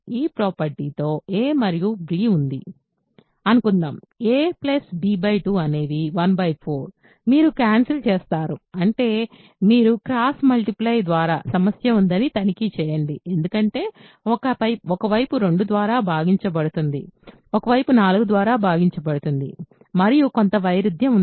ఈ ప్రాపర్టీతో a మరియు b ఉంది అనుకుందాం a b 2 అనేవి 1 4 మీరు క్యాన్సల్ చేస్తారు అంటే మీరు క్రాస్ మల్టిప్లై మరియు సమస్య ఉందని తనిఖీ చేయండి ఎందుకంటే ఒక వైపు 2 ద్వారా భాగించబడుతుంది ఒక వైపు 4 ద్వారా భాగించబడుతుంది మరియు కొంత వైరుధ్యం ఉంది